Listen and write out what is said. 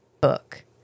book